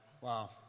Wow